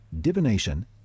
divination